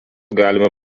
galima